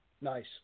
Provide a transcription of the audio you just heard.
Nice